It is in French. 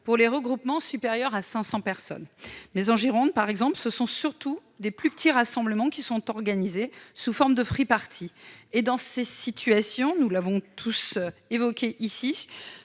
pour les regroupements supérieurs à 500 personnes. Or, en Gironde par exemple, ce sont surtout de plus petits rassemblements qui sont organisés, sous forme de free-parties. Dans ces situations, nous l'avons tous évoqué ici,